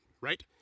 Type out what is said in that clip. right